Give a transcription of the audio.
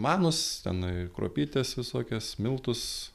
manus ten ir kruopytes visokias miltus